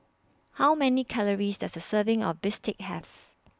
How Many Calories Does A Serving of Bistake Have